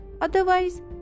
Otherwise